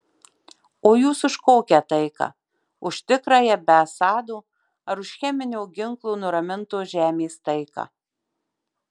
o jūs už kokią taiką už tikrąją be assado ar už cheminio ginklo nuramintos žemės taiką